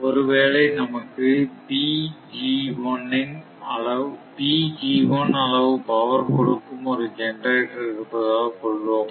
ஒருவேளை நமக்கு அளவு பவர் கொடுக்கும் ஒரு ஜெனரேட்டர் இருப்பதாகக் கொள்வோம்